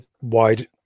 wide